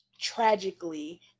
tragically